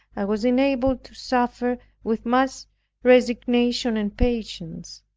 i was enabled to suffer with much resignation and patience.